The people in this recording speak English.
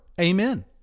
Amen